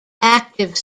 active